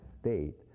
state